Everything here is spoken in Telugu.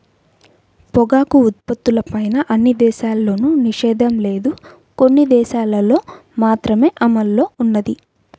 పొగాకు ఉత్పత్తులపైన అన్ని దేశాల్లోనూ నిషేధం లేదు, కొన్ని దేశాలల్లో మాత్రమే అమల్లో ఉన్నది